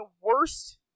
worst